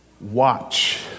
Watch